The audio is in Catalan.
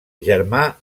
germà